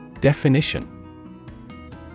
Definition